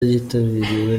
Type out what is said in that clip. yitabiriwe